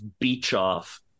beach-off